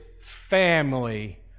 family